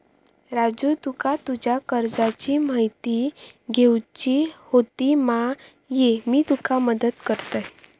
राजू तुका तुज्या कर्जाची म्हायती घेवची होती मा, ये मी तुका मदत करतय